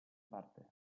parte